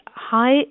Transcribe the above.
high